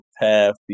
path